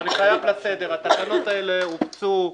אני חייב לשם הסדר התקנות האלה הופצו,